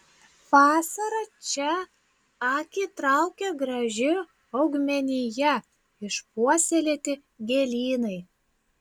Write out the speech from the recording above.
vasarą čia akį traukia graži augmenija išpuoselėti gėlynai